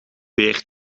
beer